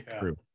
true